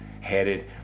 headed